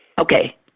okay